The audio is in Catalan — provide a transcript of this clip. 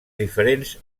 diferents